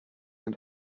und